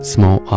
Small